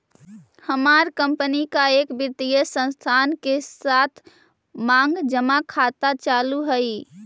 हमार कंपनी का एक वित्तीय संस्थान के साथ मांग जमा खाता चालू हई